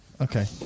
Okay